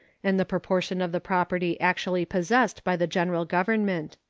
and the proportion of the property actually possessed by the general government.